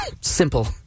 simple